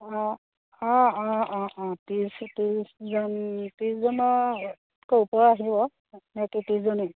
অঁ অঁ অঁ অঁ অঁ ত্ৰিছ ত্ৰিছজন ত্ৰিছজনতকৈ ওপৰ আহিব নে কি ত্ৰিছজনেই